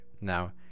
Now